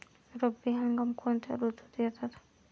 रब्बी हंगाम कोणत्या ऋतूत येतात?